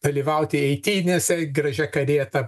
dalyvauti eitynėse gražia karieta